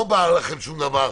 אז לא בער לכם שום דבר,